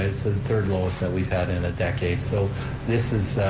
it's ah the third lowest that we've had in a decade, so this is,